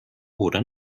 oder